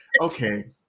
okay